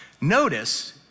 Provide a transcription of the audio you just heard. Notice